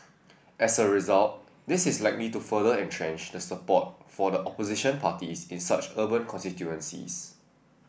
as a result this is likely to further entrench the support for the opposition parties in such urban constituencies